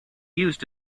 used